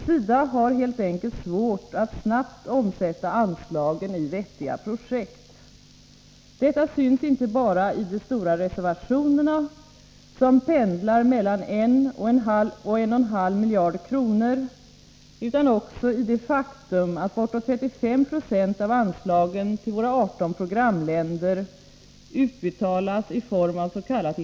SIDA har helt enkelt svårt att snabbt omsätta anslagen i vettiga projekt. Detta syns inte bara i de stora reservationerna som pendlar mellan 1 och 1,5 miljard kronor utan också i det faktum att bortåt 35 26 av anslagen till våra 18 programländer utbetalas i form avs.k.